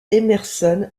emerson